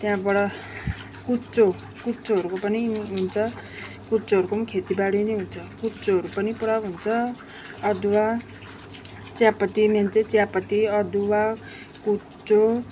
त्यहाँबाट कुच्चो कुच्चोहरूको पनि हुन्छ कुच्चोहरूको पनि खेतीबारी नै हुन्छ कुच्चोहरू पनि पुरा हुन्छ अदुवा चियापती मेन चाहिँ चियापती अदुवा कुच्चो